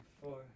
four